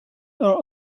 are